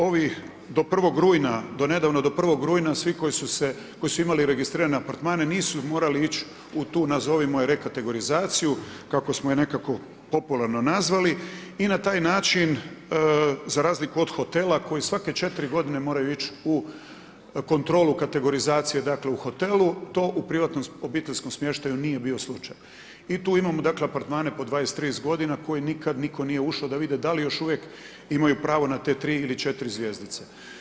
Ovi do 1. rujna, do nedavno, do 1. rujna svi koji su imali registrirane apartmane nisu morali ići u tu, nazovimo je rekategorizaciju, kako smo je nekako popularno nazvali i na taj način za razliku od hotela koji svake 4 godine moraju ići u kontrolu kategorizacije, u hotelu, to u privatnom obiteljskom smještaju nije bio slučaj i tu imamo apartmane po 20, 30 godina koji nikad nitko nije ušao da vide da li još uvijek imaju pravo na te 3 ili 4 zvjezdice.